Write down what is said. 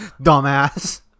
dumbass